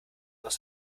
aus